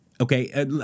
okay